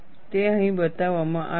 તે અહીં બતાવવામાં આવ્યું છે